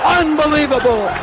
unbelievable